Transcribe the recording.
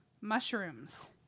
mushrooms